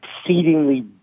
exceedingly